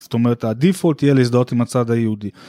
זאת אומרת הדיפולט יהיה להזדהות עם הצד היהודי